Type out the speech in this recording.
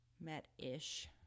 met-ish